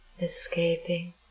escaping